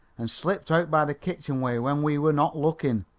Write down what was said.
and slipped out by the kitchen-way when we were not looking.